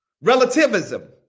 relativism